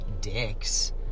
dicks